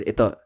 Ito